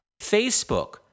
facebook